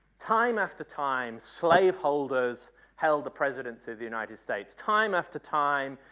time after time, slaveholders held the presidency of the united states. time after time,